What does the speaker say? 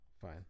Fine